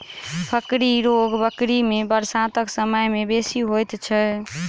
फड़की रोग बकरी मे बरसातक समय मे बेसी होइत छै